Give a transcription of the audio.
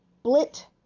Split